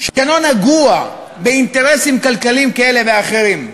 שלא נגוע באינטרסים כלכליים כאלה ואחרים.